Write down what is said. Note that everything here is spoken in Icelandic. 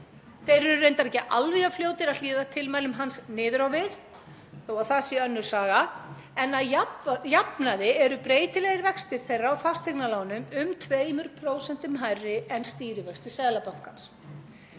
Þeir eru ekki alveg jafn fljótir að hlýða tilmælum hans niður á við, þó það sé önnur saga, en að jafnaði eru breytilegir vextir þeirra á fasteignalánum um 2% hærri en stýrivextir Seðlabankans.